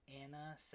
anna